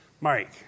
Mike